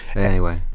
anyway.